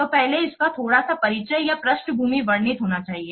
तो पहले इसका थोड़ा सा परिचय या पृष्ठभूमि वर्णित होनी चाहिए